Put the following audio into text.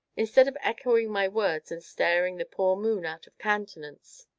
instead of echoing my words and staring the poor moon out of countenance?